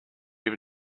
even